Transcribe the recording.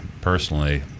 personally